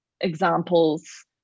examples